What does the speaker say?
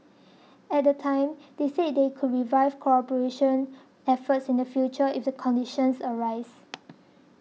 at the time they said they could revive cooperation efforts in the future if the conditions arise